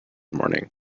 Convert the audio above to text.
morning